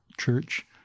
church